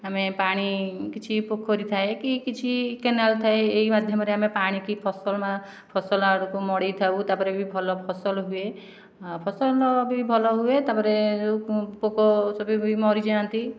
ଆମେ ପାଣି କିଛି ପୋଖରୀ ଥାଏ କି କିଛି କେନାଲ ଥାଏ ଏହି ମାଧ୍ୟମରେ ଆମେ ପାଣିକି ଫସଲ ବା ଫସଲ ଆଡ଼କୁ ମଡ଼ାଇ ଥାଉ ତା'ପରେ ବି ଭଲ ଫସଲ ହୁଏ ଫସଲ ବି ଭଲ ହୁଏ ତା'ପରେ ଯେଉଁ ପୋକ ସେ ବି ମରିଯାଆନ୍ତି